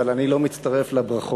אבל אני לא מצטרף לברכות.